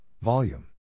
Volume